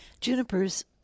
Junipers